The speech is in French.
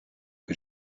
que